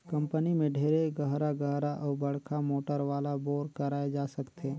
company में ढेरे गहरा गहरा अउ बड़का मोटर वाला बोर कराए जा सकथे